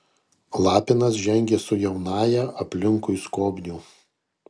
lapinas žengė su jaunąja aplinkui skobnių